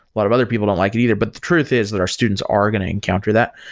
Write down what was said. lot of other people don't like it either. but the truth is that our students are going to and counter that.